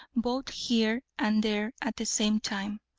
both here and there at the same time,